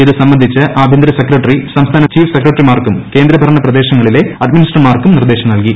ഇത് സംബന്ധിച്ച് ആഭ്യന്തര സെക്രട്ടറി സംസ്ഥാന ചീഫ് സെക്രട്ടറിമാർക്കും പ്രദേശങ്ങളിലെ കേന്ദ്രഭരണ അഡ്മിനിസ്റ്റർമാർക്കും നിർദ്ദേശം നൽകി